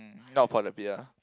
not for the beer lah